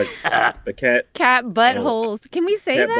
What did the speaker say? ah but cat. cat buttholes can we say that?